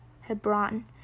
hebron